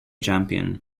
champion